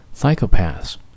psychopaths